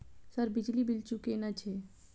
Sir बिजली bill चूकेना छे?